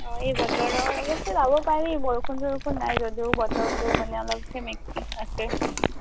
অ এই বতৰৰ অৱশ্যে যাব পাৰি বৰষুণ চৰষুণ নাই যদিও বতৰটো মানে অলপ সেমেকি আছে